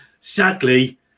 Sadly